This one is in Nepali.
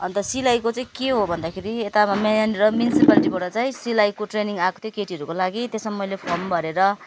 अन्त सिलाइको चाहिँ के हो भन्दाखेरि यता मेन र म्युनिसिपालिटीबाट चाहिँ सिलाइको ट्रेनिङ आएको थियो केटीहरूको लागि त्यसमा मैले फर्म भरेर